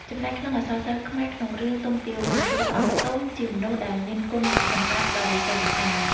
ចំណែកក្នុងអក្សរសិល្ប៍ខ្មែរក្នុងរឿង ទុំទាវវិញ តួអង្គ ទុំ ជាមនុស្សដែលមានគុណសម្បត្តិដ៏វិសេសវិសាល។។